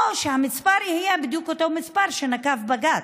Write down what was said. או שהמספר יהיה בדיוק אותו מספר שנקב בג"ץ,